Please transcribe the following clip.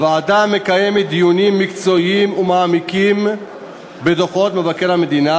הוועדה מקיימת דיונים מקצועיים ומעמיקים בדוחות מבקר המדינה,